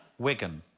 wickham